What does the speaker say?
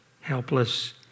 helpless